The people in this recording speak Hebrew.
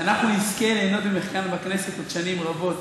שאנחנו נזכה ליהנות ממך כאן בכנסת עוד שנים רבות.